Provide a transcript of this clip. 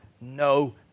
no